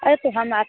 अरे तो हम आप